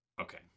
okay